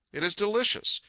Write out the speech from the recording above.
it is delicious.